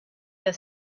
der